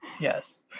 Yes